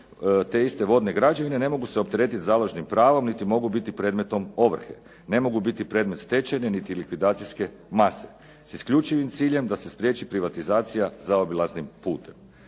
te iste vodne građevine ne mogu se opteretiti založnim pravom niti mogu biti predmetom ovrhe. Ne mogu biti predmet stečene niti likvidacijske mase s isključivim ciljem da se spriječi privatizacija zaobilaznim putem.